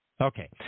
Okay